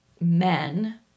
men